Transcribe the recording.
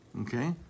Okay